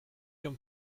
can